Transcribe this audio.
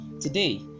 Today